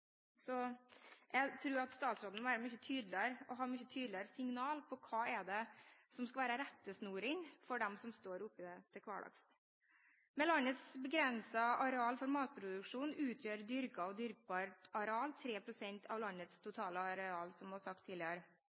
Jeg tror at statsråden må være mye tydeligere og gi mye tydeligere signal om hva som skal være rettesnor for dem som står oppi det til hverdags. Med landets begrensede areal for matproduksjon utgjør dyrket og dyrkbart areal 3 pst. av landets totale areal, som det ble sagt tidligere.